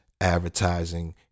advertising